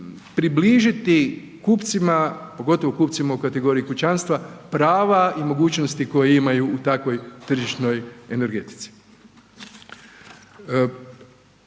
približiti kupcima, pogotovo kupcima u kategoriji kućanstva, prava i mogućnosti koje imaju u takvoj tržišnoj energetici.